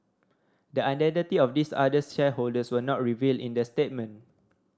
the identity of these other shareholders were not revealed in the statement